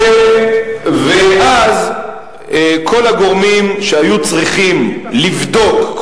ואז כל הגורמים שהיו צריכים לבדוק,